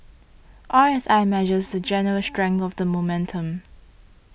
R S I measures the general strength of the momentum